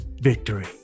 victory